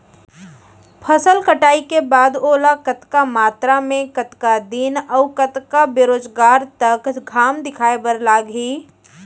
फसल कटाई के बाद ओला कतका मात्रा मे, कतका दिन अऊ कतका बेरोजगार तक घाम दिखाए बर लागही?